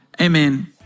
Amen